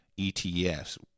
ETFs